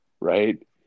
right